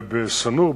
ובסנור,